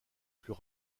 plus